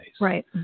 right